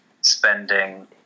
spending